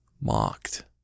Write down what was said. mocked